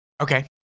okay